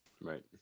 Right